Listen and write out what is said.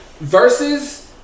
Versus